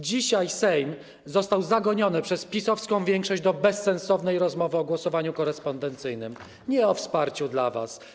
Dzisiaj Sejm został zagoniony przez PiS-owską większość do bezsensownej rozmowy o głosowaniu korespondencyjnym, nie o wsparciu dla was.